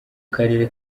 karere